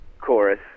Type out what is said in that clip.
chorus